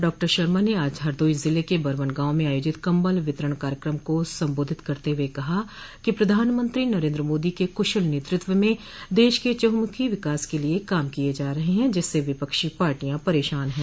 डॉ शर्मा ने आज हरदोई ज़िले के बरवन गांव में आयोजित कम्बल वितरण कार्यक्रम को सम्बोधित करते हए कहा कि प्रधानमंत्री नरेन्द्र मोदी के कुशल नेतृत्व में देश के चहमुखी विकास के लिये काम किये जा रहे हैं जिससे विपक्षी पार्टियां परेशान हैं